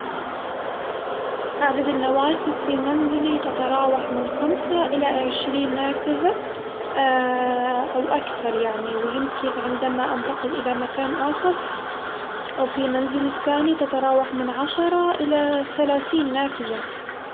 عدد النوافذ في منزلي تتراوح من خمسة إلى عشرين نافذة أو أكثر يعني، ويمكن عندما أنتقل إلى مكان آخر أو في منزلي الثاني تتراوح من عشرة إلى ثلاثين نافذة.